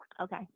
okay